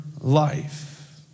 life